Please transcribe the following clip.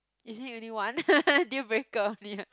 is it only one dealbreaker only ah